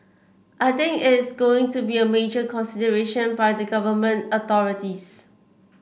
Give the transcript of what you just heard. I think is going to be a major consideration by the Government authorities